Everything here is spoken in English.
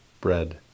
bread